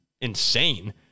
insane